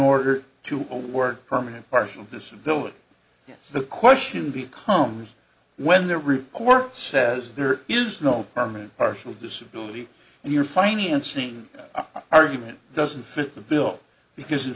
order to a word permanent partial disability yes the question becomes when the report says there is no permanent partial disability and your financing argument doesn't fit the bill because